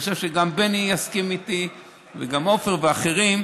אני חושב שגם בני יסכים איתי וגם עפר ואחרים,